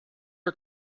are